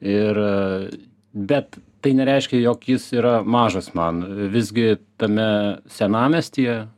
ir bet tai nereiškia jog jis yra mažas man visgi tame senamiestyje